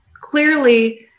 Clearly